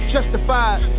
Justified